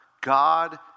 God